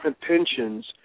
pensions